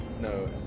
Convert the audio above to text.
No